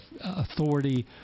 authority